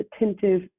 attentive